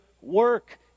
work